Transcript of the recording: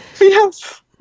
Yes